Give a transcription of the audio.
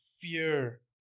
fear